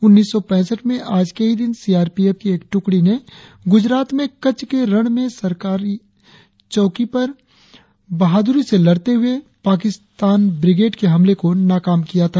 उन्नीस सौ पैसठ में आज के ही दिन सी आर पी एफ की एक छोटी टुकड़ी ने गुजरात में कच्छ के रण में सरकार चौकी पर बहादुरी से लड़ते हुए पाकिस्तान ब्रिगेड के हमले को नाकाम किया था